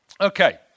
Okay